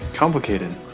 Complicated